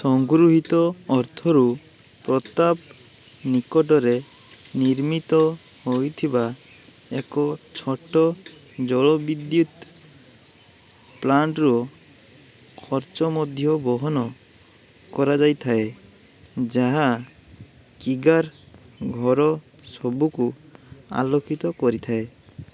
ସଙ୍ଗୃହୀତ ଅର୍ଥରୁ ପ୍ରତାପ ନିକଟରେ ନିର୍ମିତ ହୋଇଥିବା ଏକ ଛୋଟ ଜଳ ବିଦ୍ୟୁତ ପ୍ଳାଣ୍ଟରୁ ଖର୍ଚ୍ଚ ମଧ୍ୟ ବହନ କରାଯାଇଥାଏ ଯାହା କିଗାର ଘର ସବୁକୁ ଆଲୋକିତ କରିଥାଏ